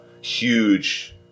huge